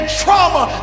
trauma